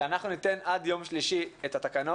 נראה שאנחנו מגיעים לאיזו הסכמה.